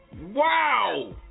Wow